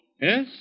Yes